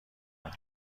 کنی